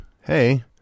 hey